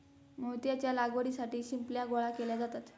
मोत्याच्या लागवडीसाठी शिंपल्या गोळा केले जातात